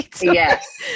Yes